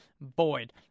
Boyd